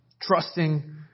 Trusting